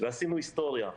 ועשינו היסטוריה.